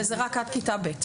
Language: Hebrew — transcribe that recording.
וזה רק עד כיתה ב'.